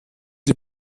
die